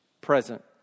present